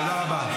תודה רבה.